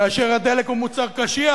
כאשר הדלק הוא מוצר קשיח,